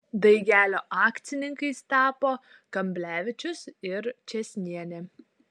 daigelio akcininkais tapo kamblevičius ir čėsnienė